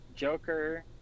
joker